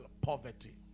poverty